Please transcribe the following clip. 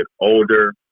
older